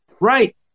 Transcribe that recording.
right